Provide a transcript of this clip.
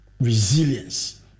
resilience